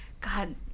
God